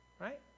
Right